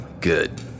Good